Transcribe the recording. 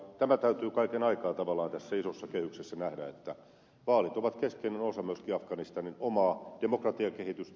tämä täytyy kaiken aikaa tavallaan tässä isossa kehyksessä nähdä että vaalit ovat keskeinen osa myöskin afganistanin omaa demokratiakehitystä